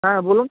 হ্যাঁ বলুন